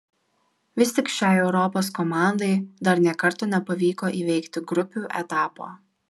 vis tik šiai europos komandai dar nė karto nepavyko įveikti grupių etapo